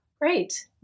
Great